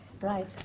Right